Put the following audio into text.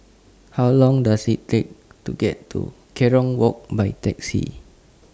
How Long Does IT Take to get to Kerong Walk By Taxi